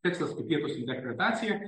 tekstas kaip vietos interpretacija